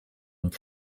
und